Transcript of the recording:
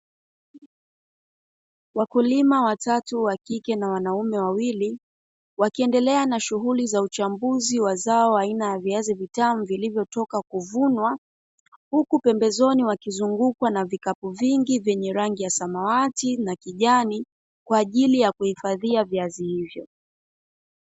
Wakulima watatu wakike na wanaume wawili, wakiendelea na shughuli za uchambuzi wa zao aina ya viazi vitamu vilivyotoka kuvunwa, huku pembezoni wakizungukwa na vikapu vingi vyenye rangi ya samawati na kijani kwa ajili ya kuhifadhia viazi hivyo.